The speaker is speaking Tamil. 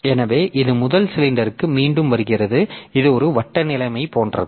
எனவே இது முதல் சிலிண்டருக்கு மீண்டும் வருகிறது இது ஒரு வட்ட நிலைமை போன்றது